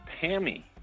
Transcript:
Pammy